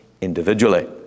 individually